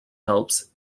helps